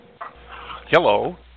Hello